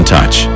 Touch